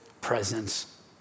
presence